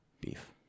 beef